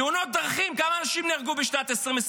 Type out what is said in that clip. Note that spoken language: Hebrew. תאונות דרכים, כמה אנשים נהרגו בשנת 2024?